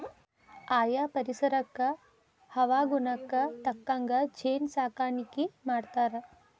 ಆಯಾ ಪರಿಸರಕ್ಕ ಹವಾಗುಣಕ್ಕ ತಕ್ಕಂಗ ಜೇನ ಸಾಕಾಣಿಕಿ ಮಾಡ್ತಾರ